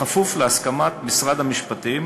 בכפוף להסכמת משרד המשפטים